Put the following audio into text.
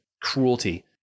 cruelty